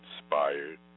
inspired